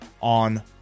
on